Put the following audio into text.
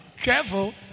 Careful